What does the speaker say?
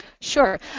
Sure